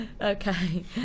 Okay